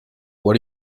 are